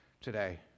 today